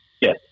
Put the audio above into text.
Yes